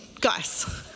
Guys